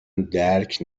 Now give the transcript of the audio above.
درک